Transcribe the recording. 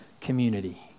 community